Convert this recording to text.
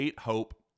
Hope